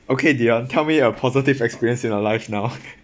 okay dion tell me a positive experience in your life now